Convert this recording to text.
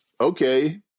okay